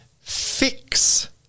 fix